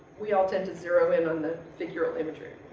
we all tend to zero in on the figural imagery.